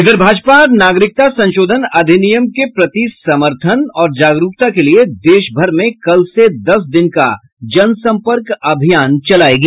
उधर भाजपा नागरिकता संशोधन अधिनियम के प्रति समर्थन और जागरूकता के लिये देशभर में कल से दस दिन का जनसंपर्क अभियान चलाएगी